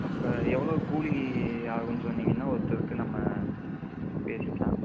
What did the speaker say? அப்போ எவ்வளோ கூலி ஆகுதுன்னு சொன்னீங்கன்னா ஒருத்தருக்கு நம்ம பேசிக்கலாம்